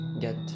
get